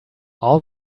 all